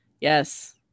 Yes